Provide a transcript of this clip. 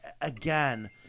again